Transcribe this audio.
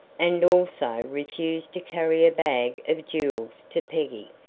and also refused to carry a bag of jewels to peggy.